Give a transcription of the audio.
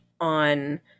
on